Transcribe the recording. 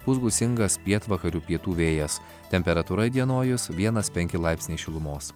pūs gūsingas pietvakarių pietų vėjas temperatūra įdienojus vienas penki laipsniai šilumos